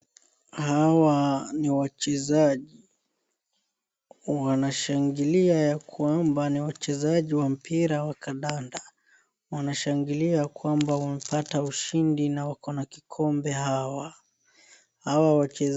Hawa ni wachezaji, wanashangilia ya kwamba ni wachezaji wa mpira wa kadanda. Wanashangilia kwamba wamepata ushindi na wako na kikombe hawa. Hawa wachezaji...